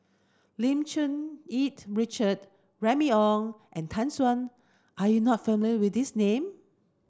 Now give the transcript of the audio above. Lim Cherng Yih Richard Remy Ong and Tan Shen are you not familiar with these name